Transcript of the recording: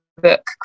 book